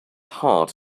hard